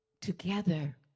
Together